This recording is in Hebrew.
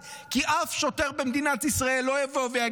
הוא לא סופר אף אחד,